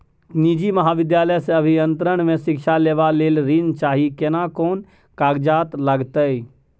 निजी महाविद्यालय से अभियंत्रण मे शिक्षा लेबा ले ऋण चाही केना कोन कागजात लागतै?